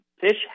Fish